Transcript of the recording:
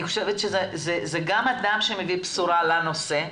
זה גם אדם שמביא בשורה לנושא,